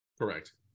Correct